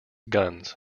guns